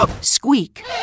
squeak